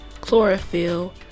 chlorophyll